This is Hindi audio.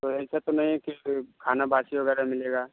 तो ऐसा तो नहीं है कि खाना बासी वगैरह मिलेगा